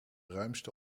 ruimste